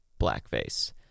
blackface